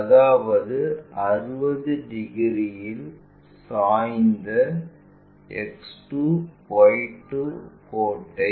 அதாவது 60 டிகிரியில் சாய்ந்த X 2 Y 2 கோட்டை V